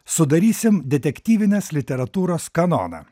sudarysim detektyvinės literatūros kanoną